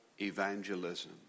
evangelism